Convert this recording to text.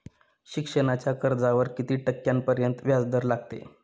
शिक्षणाच्या कर्जावर किती टक्क्यांपर्यंत व्याजदर लागेल?